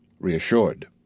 reassured